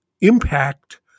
impact